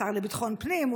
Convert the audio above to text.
לשר לביטחון הפנים,